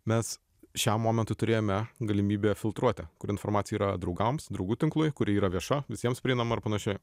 mes šiam momentui turėjome galimybę filtruoti kuri informacija yra draugams draugų tinklui kuri yra vieša visiems prieinama ar panašiai